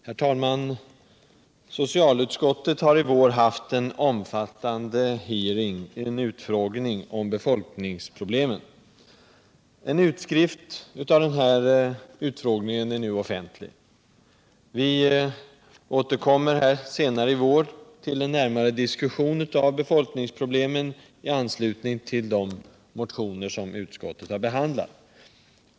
Herr talman! Socialutskottet har i vår haft en omfattande hearing om befolkningsfrågan. En utskrift av denna utfrågning är nu offentlig. Vi återkommer senare i vår till en närmare diskussion av befolkningsproblemen i anslutning till de motioner som utskottet har behandlat.